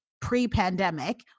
pre-pandemic